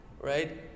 right